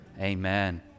amen